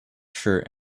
shirt